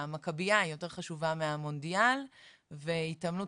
המכבייה היא יותר חשובה מהמונדיאל והתעמלות